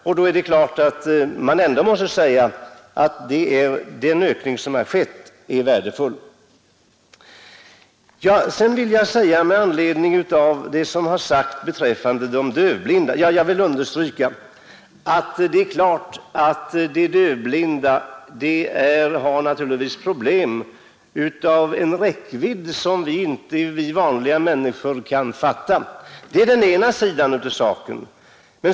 Man måste ändå säga att den ökning som i år gjorts är värdefull. Det är klart att de dövblinda har problem av en räckvidd som vi vanliga människor inte kan fatta. Det är den ena sidan av saken.